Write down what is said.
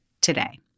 today